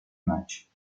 match